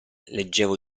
leggevo